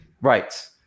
right